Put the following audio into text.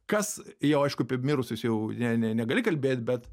kas jau aišku apie mirusius jau ne negali kalbėt bet